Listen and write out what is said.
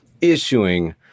issuing